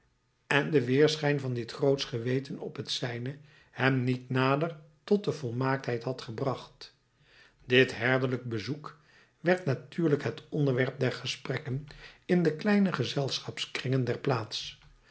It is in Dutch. en de weerschijn van dit grootsch geweten op het zijne hem niet nader tot de volmaaktheid had gebracht dit herderlijk bezoek werd natuurlijk het onderwerp der gesprekken in de kleine gezelschapskringen der plaats